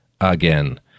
Again